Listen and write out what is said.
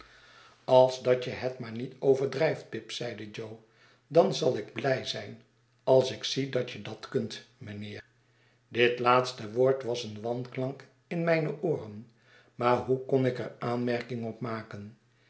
als dat je het maar niet overdraft pip zeide jo dan zal ik blij zijn als ik zie dat je dat kunt mijnheer dit laatste woord was een wanklank in mijne ooren maar hoe kon ik er aanmerking op maken